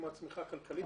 כמו הצמיחה הכלכלית,